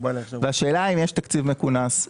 והאם יש תקציב מכונס.